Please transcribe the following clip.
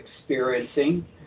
experiencing